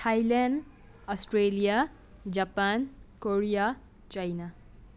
Thailand Australia Japan Korea China